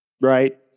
right